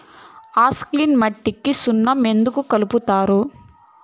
alkaline మట్టికి సున్నం ఎందుకు కలుపుతారు